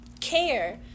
care